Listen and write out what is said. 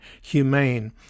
Humane